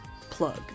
Plug